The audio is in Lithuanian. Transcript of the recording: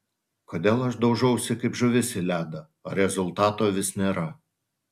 kodėl aš daužausi kaip žuvis į ledą o rezultato vis nėra